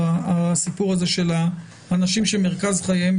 על הסיפור הזה של אנשים שמרכז חייהם,